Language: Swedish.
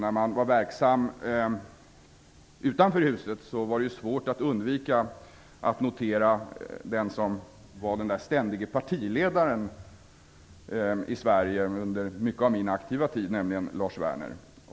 När jag var verksam utanför huset var det svårt att undvika att notera vem som var den ständige partiledaren i Sverige under mycket av min aktiva tid, nämligen Lars Werner.